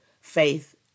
faith